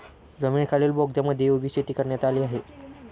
जमिनीखालील बोगद्यांमध्येही उभी शेती करण्यात आली